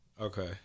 Okay